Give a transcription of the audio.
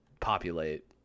populate